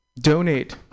Donate